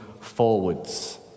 forwards